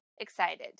Excited